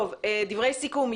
טוב, דברי סיכום.